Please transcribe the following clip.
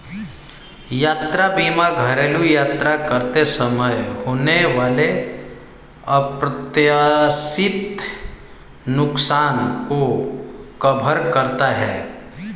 यात्रा बीमा घरेलू यात्रा करते समय होने वाले अप्रत्याशित नुकसान को कवर करता है